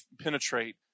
penetrate